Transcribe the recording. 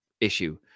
issue